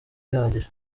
bihagije